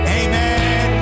amen